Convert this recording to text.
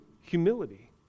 humility